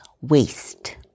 waste